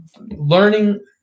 learning